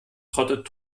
trottet